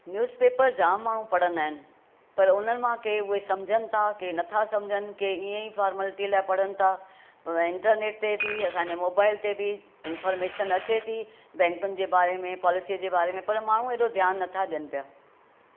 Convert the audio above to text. news paper जाम माण्हूं पढ़ंदा आहिनि पर हुननि मां के उहे सम्झनि था के नथा सम्झनि के ईअं ईं फॉर्मेलिटी लाइ पढ़नि था इंटरनेट ते बि असांजे मोबाइल ते बि इनफॉर्मेशन अचे था बैंकनि जे बारे में पॉलिसीअ जे बारे में पर माण्हूं हेॾो ध्यानु नथा ॾियनि पिया